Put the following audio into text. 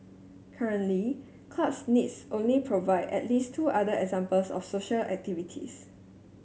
currently clubs needs only provide at least two other examples of social activities